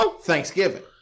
Thanksgiving